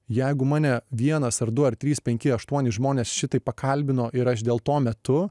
jeigu mane vienas ar du ar trys penki aštuoni žmonės šitaip pakalbino ir aš dėl to metu